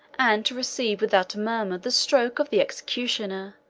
and to receive without a murmur the stroke of the executioner